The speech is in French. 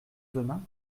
demain